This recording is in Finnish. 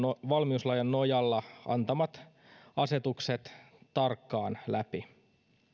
valmiuslain nojalla antamat asetukset tarkkaan läpi